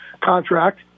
contract